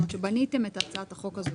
כשבניתם את הצעת החוק הזאת,